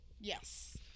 Yes